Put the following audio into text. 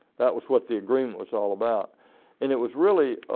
that was what the agreement was all about and it was really